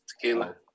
tequila